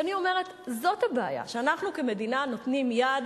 ואני אומרת: זאת הבעיה, שאנחנו כמדינה נותנים יד